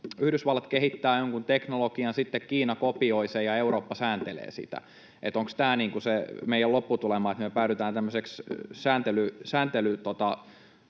Yhdysvallat kehittää jonkun teknologian, sitten Kiina kopioi sen ja Eurooppa sääntelee siitä, niin onko tämä se meidän lopputulema, että me päädytään tämmöiseksi sääntelyalueeksi,